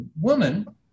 woman